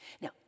Now